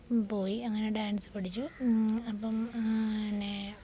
പോയി അങ്ങനെ ഡാൻസ് പഠിച്ചു അപ്പം തന്നേ